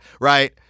right